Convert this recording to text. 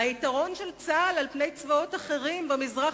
והיתרון של צה"ל על צבאות אחרים במזרח